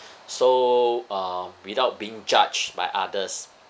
so uh without being judged by others